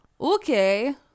okay